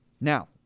Now